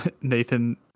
Nathan